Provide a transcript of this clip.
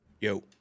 Yo